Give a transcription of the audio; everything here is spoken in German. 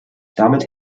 damit